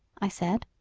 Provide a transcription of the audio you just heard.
i said.